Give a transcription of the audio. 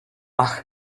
ach